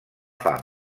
fam